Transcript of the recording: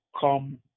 come